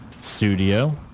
studio